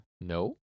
No